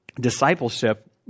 discipleship